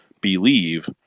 believe